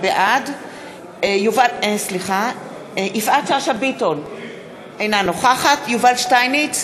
בעד יפעת שאשא ביטון, אינה נוכחת יובל שטייניץ,